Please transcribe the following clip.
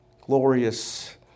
Glorious